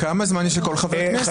כמה זמן יש לכל חבר כנסת?